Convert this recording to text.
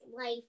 life